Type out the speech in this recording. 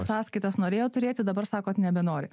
sąskaitas norėjo turėti dabar sakot nebenori